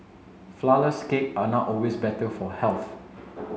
flourless cake are not always better for health